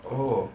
oh